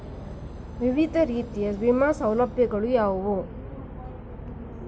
ವಿವಿಧ ರೀತಿಯ ವಿಮಾ ಸೌಲಭ್ಯಗಳು ಯಾವುವು?